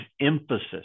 emphasis